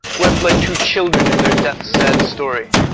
wept like two children in their deaths' sad story.